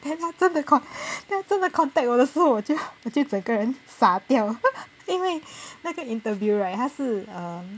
then 他真的 con~ then 他真的 contact 我的时候我就我就整个人傻掉因为那个 interviewer right 他是 err